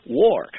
war